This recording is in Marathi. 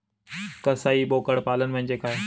कसाई बोकड पालन म्हणजे काय?